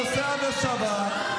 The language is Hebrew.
לנסוע בשבת?